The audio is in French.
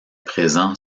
présent